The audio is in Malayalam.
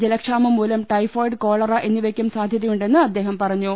ജലക്ഷാമം മൂലം ടൈഫോയ്ഡ് കോളറ എന്നിവയക്കും സാധ്യതയുണ്ടെന്ന് അദ്ദേഹം പറഞ്ഞു